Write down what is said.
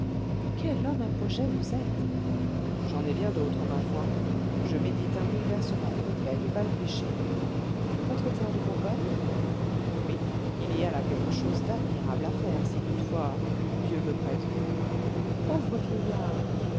quel homme à projets vous êtes j'en ai bien d'autres ma foi je médite un bouleversement complet du val richer votre terre de bourgogne oui il y a là quelque chose d'admirable à faire si toutefois dieu me prête vie pauvre vieillard